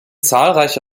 zahlreiche